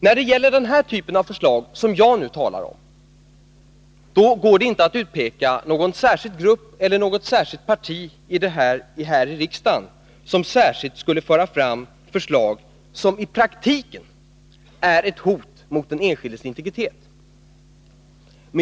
När det gäller denna typ av förslag som jag nu talar om går det inte att utpeka någon särskild grupp eller något särskilt parti här i riksdagen som speciellt skulle föra fram förslag som i praktiken är ett hot mot den enskildes integritet.